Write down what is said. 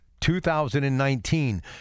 2019